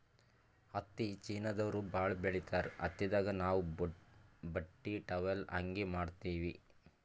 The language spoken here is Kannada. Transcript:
ಹತ್ತಿ ಚೀನಾದವ್ರು ಭಾಳ್ ಬೆಳಿತಾರ್ ಹತ್ತಿದಾಗ್ ನಾವ್ ಬಟ್ಟಿ ಟಾವೆಲ್ ಅಂಗಿ ಮಾಡತ್ತಿವಿ